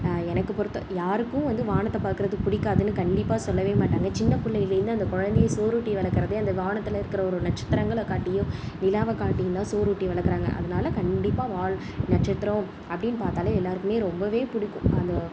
எனக்கு பொறுத்த யாருக்கும் வந்து வானத்தை பாக்கிறதுக்கு பிடிக்காதுன்னு கண்டிப்பாக சொல்ல மாட்டாங்க சின்ன பிள்ளையிலேந்து அந்த குழந்தைய சோறூட்டி வளக்கிறது அந்த வானத்தில் இருக்கிற ஒரு நட்சத்திரங்களை காட்டியோ நிலாவை காட்டியும்தான் சோறூட்டி வளக்கிறாங்க அதனால கண்டிப்பாக வால் நட்சத்திரம் அப்படின்னு பார்த்தாலே எல்லோருக்கும் ரொம்ப பிடிக்கும் அதை